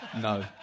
No